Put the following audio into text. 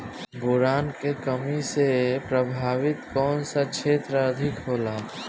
Boron के कमी से प्रभावित कौन सा क्षेत्र अधिक होला?